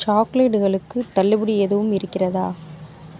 சாக்லேட்களுக்கு தள்ளுபடி எதுவும் இருக்கிறதா